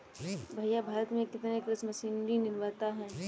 भैया भारत में कितने कृषि मशीनरी निर्माता है?